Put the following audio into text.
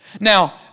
Now